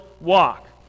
walk